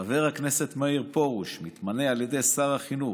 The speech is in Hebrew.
חבר הכנסת מאיר פרוש מתמנה על ידי שר החינוך,